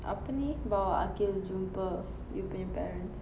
apa ni bawa aqil jumpa you punya parents